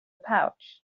pouch